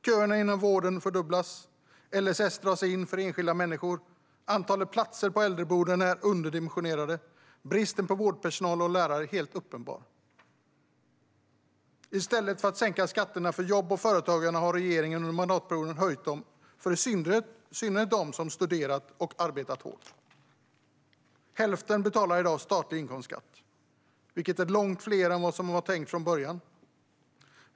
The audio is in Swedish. Köerna i vården fördubblas, LSS dras in för enskilda människor, antalet platser på äldreboenden är underdimensionerat och bristen på vårdpersonal och lärare är helt uppenbar. I stället för att sänka skatterna för jobb och företagande har regeringen under mandatperioden höjt dem, i synnerhet för dem som studerat och arbetar hårt. Hälften betalar i dag statlig inkomstskatt, vilket är långt fler än vad som var tänkt från början.